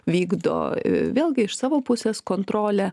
vykdo vėlgi iš savo pusės kontrolę